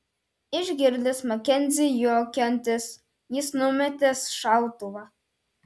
išgirdęs makenzį juokiantis jis numetė šautuvą